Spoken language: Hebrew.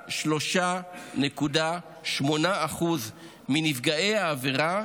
רק 3.8% מנפגעי העבירה,